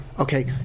Okay